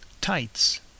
Tights